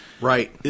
Right